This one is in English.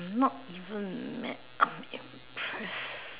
not even mad I'm impressed